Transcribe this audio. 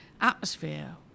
atmosphere